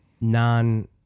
non